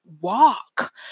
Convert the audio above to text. walk